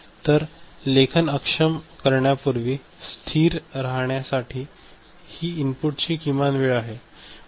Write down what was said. तर लेखन अक्षम करण्यापूर्वी स्थिर राहण्यासाठी ही इनपुट ची किमान वेळ आहे